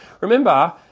remember